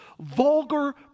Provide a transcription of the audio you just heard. vulgar